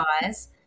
guys